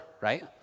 right